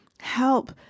help